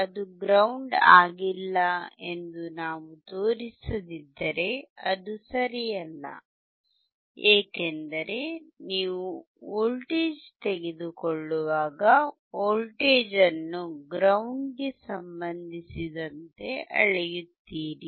ಅದು ಗ್ರೌಂಡ್ ಆಗಿಲ್ಲ ಎಂದು ನಾವು ತೋರಿಸದಿದ್ದರೆ ಅದು ಸರಿಯಲ್ಲ ಏಕೆಂದರೆ ನೀವು ವೋಲ್ಟೇಜ್ ತೆಗೆದುಕೊಳ್ಳುವಾಗ ವೋಲ್ಟೇಜ್ ಅನ್ನು ಗ್ರೌಂಡ್ ಗೆ ಸಂಬಂಧಿಸಿದಂತೆ ಅಳೆಯುತ್ತೀರಿ